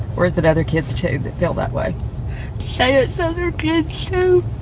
or is it other kids too that feel that way say it so they're good shoe